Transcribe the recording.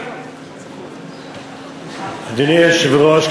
אדוני היושב-ראש,